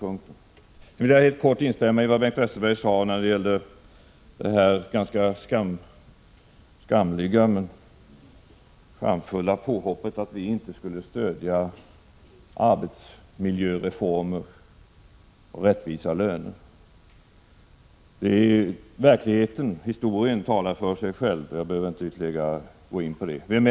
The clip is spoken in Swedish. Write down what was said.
Sedan vill jag helt kort instämma i vad Bengt Westerberg sade beträffande det ganska skamliga men charmfulla påhoppet att vi inte stöder arbetsmiljöreformer och rättvisa löner. Historien talar för sig själv, så jag behöver inte närmare gå in på den saken.